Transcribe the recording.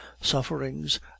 sufferings